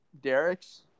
Derek's